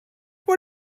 what